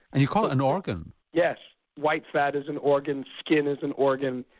and you call it an organ? yes, white fat is an organ, skin is an organ,